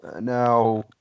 Now